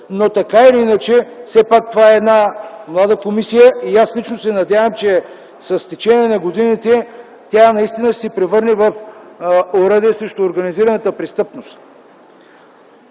й капацитет, все пак това е една млада комисия – аз лично се надявам, че с течение на годините тя ще се превърне в оръдие срещу организираната престъпност.